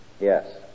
Yes